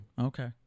Okay